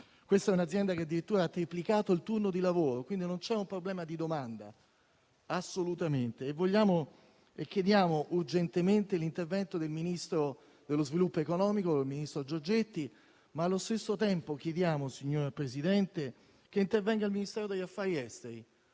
Questa è un'azienda che ha addirittura triplicato il turno di lavoro, quindi non c'è assolutamente un problema di domanda. Chiediamo urgentemente l'intervento del ministro dello sviluppo economico Giorgetti, ma allo stesso tempo chiediamo, signor Presidente, che intervenga il Ministero degli affari esteri,